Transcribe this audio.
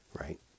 right